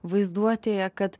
vaizduotėje kad